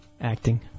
Acting